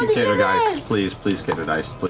um caedogeist, please, please, caedogeist, but